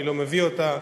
מי לא מביא אותה,